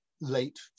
late